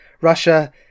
russia